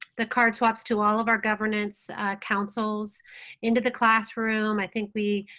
the card swaps to all of our governance councils into the classroom. i think we